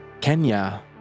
Kenya